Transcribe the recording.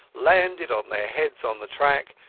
landed on their heads on the track,